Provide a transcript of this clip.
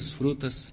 frutas